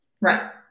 Right